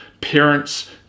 parents